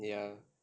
ya